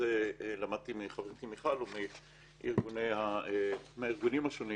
כפי שלמדתי מחברתי מיכל ומהארגונים השונים